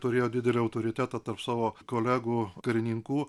turėjo didelį autoritetą tarp savo kolegų karininkų